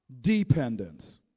dependence